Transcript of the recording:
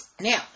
Now